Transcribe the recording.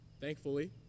Thankfully